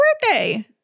birthday